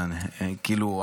כאילו,